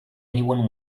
anyone